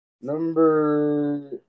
number